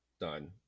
done